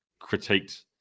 critiqued